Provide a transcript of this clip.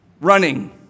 Running